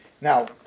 Now